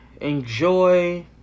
enjoy